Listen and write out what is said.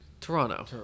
Toronto